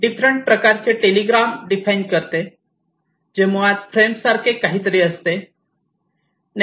different प्रकारचे telegram define करते जे मुळात फ्रेम्ससारखे काहीतरी असते